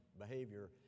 behavior